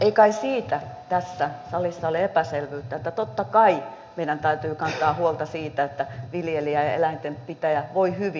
ei kai siitä tässä salissa ole epäselvyyttä että totta kai meidän täytyy kantaa huolta siitä että viljelijä ja eläintenpitäjä voi hyvin